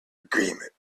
agreement